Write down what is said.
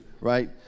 right